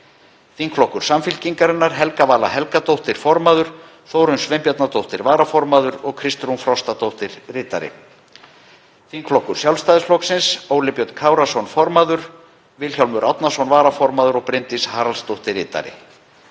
Þingflokkur Samfylkingarinnar: Helga Vala Helgadóttir, formaður, Þórunn Sveinbjarnardóttir, varaformaður og Kristrún Frostadóttir, ritari. Þingflokkur Sjálfstæðisflokksins: Óli Björn Kárason, formaður, Vilhjálmur Árnason, varaformaður, og Bryndís Haraldsdóttir, ritari.